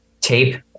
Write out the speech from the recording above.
tape